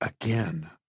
again